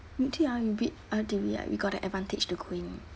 actually ah we bid L_T_B right we got the advantage to go in